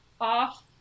off